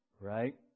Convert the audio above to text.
Right